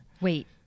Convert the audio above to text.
Wait